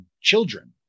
children